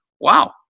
wow